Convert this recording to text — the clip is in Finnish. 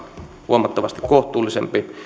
huomattavasti kohtuullisempi